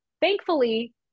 Thankfully